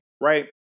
right